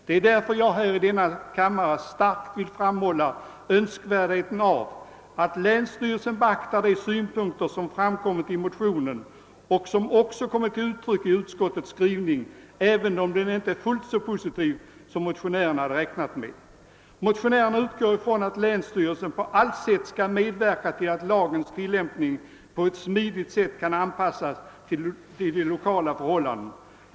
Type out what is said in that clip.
Det är därför jag här i denna kammare starkt vill framhålla önskvärdheten av att länsstyrelserna beaktar de synpunkter som framkommit i motionen och som också kommit till uttryck i utskottets skrivning, även om den inte är fullt så positiv som motionärerna har räknat med. Motionärerna utgår från att länsstyrelserna på allt sätt skall medverka till att lagens tillämpning på ett smidigt sätt kan anpassas till de lokala förhållandena.